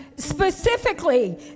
Specifically